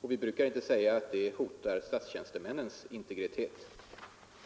Vi brukar inte säga att det hotar statstjäntemännens integritet.